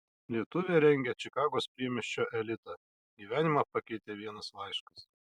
lietuvė rengia čikagos priemiesčio elitą gyvenimą pakeitė vienas laiškas